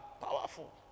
powerful